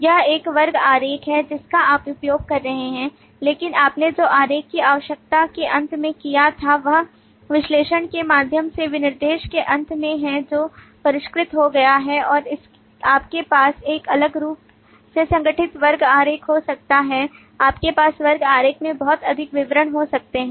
यह एक वर्ग आरेख है जिसका आप उपयोग कर रहे हैं लेकिन आपने जो आरेख की आवश्यकता के अंत में किया था वह विश्लेषण के माध्यम से विनिर्देशन के अंत में है जो परिष्कृत हो गया है और आपके पास एक अलग रूप से संगठित वर्ग आरेख हो सकता है आपके पास वर्ग आरेख में बहुत अधिक विवरण हो सकते हैं